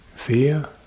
Fear